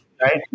Right